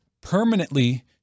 permanently